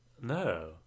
No